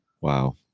wow